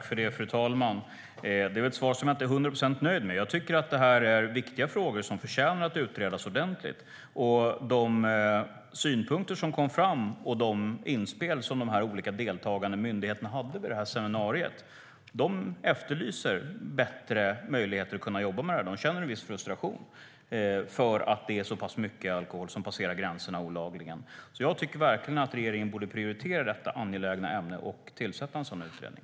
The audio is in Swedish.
Fru talman! Det är ett svar som jag inte är till hundra procent nöjd med. Jag tycker att det här är viktiga frågor som förtjänar att utredas ordentligt. De synpunkter som kom fram, och de inspel som de deltagande myndigheterna gjorde vid det nämnda seminariet, handlade om att man efterlyste bättre möjligheter att jobba med dessa frågor. De känner en viss frustration över att så mycket alkohol olagligt passerar över gränserna. Jag tycker att regeringen verkligen borde prioritera detta angelägna ämne och tillsätta en utredning.